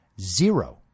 zero